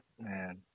man